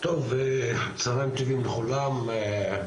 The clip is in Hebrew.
צהרים טובים לכולם,